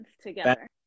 together